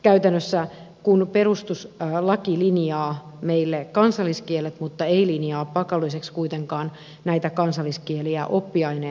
käytännössä perustuslaki linjaa meille kansalliskielet mutta ei linjaa pakolliseksi kuitenkaan näitä kansalliskieliä oppiaineina